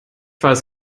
weiß